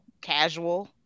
casual